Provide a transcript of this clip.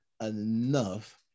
enough